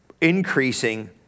increasing